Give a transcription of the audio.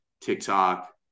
TikTok